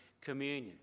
communion